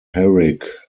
herrick